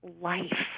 life